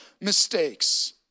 mistakes